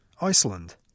Iceland